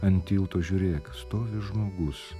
ant tilto žiūrėk stovi žmogus